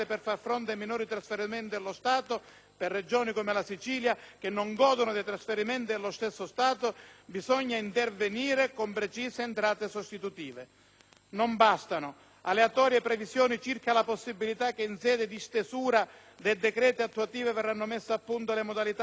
per Regioni come la Sicilia, che non godono dei trasferimenti dello stesso Stato, bisogna intervenire con precise entrate sostitutive. Non bastano aleatorie previsioni circa la possibilità che in sede di stesura dei decreti attuativi verranno messe a punto le modalità per arrivare ad una perequazione delle entrate.